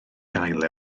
gael